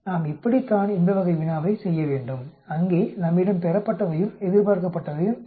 நாம் இப்படித்தான் இந்த வகை வினாவை செய்ய வேண்டும் அங்கே நம்மிடம் பெறப்பட்டவையும் எதிர்பார்க்கப்பட்டவையும் இருக்கும்